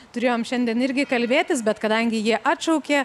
turėjom šiandien irgi kalbėtis bet kadangi jie atšaukė